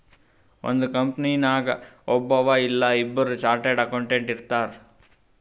ಒಂದ್ ಕಂಪನಿನಾಗ್ ಒಬ್ಬವ್ ಇಲ್ಲಾ ಇಬ್ಬುರ್ ಚಾರ್ಟೆಡ್ ಅಕೌಂಟೆಂಟ್ ಇರ್ತಾರ್